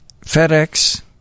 FedEx